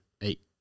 eight